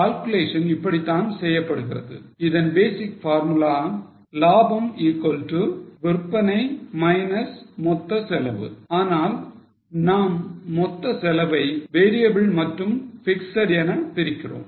Calculation இப்படித்தான் செய்யப்படுகிறது இதன் basic formula லாபம் விற்பனை மொத்த செலவு ஆனால் நாம் மொத்த செலவை variable மற்றும் பிக்ஸட் என பிரிக்கிறோம்